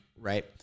right